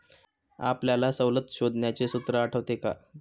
आपल्याला सवलत शोधण्याचे सूत्र आठवते का?